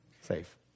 safe